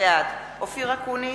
בעד אופיר אקוניס,